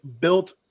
built